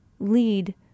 lead